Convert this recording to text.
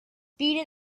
beat